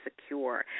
secure